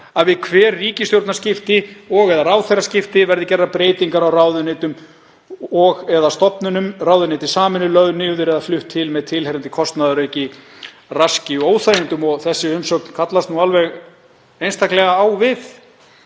við hver ríkisstjórnarskipti og/eða ráðherraskipti verði gerðar breytingar á ráðuneytum og/eða stofnunum, ráðuneyti sameinuð, lögð niður eða flutt til með tilheyrandi kostnaðarauka, raski og óþægindum. Þessi umsögn kallast alveg einstaklega á við